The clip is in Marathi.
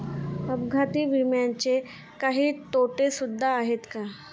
अपघाती विम्याचे काही तोटे सुद्धा आहेत का?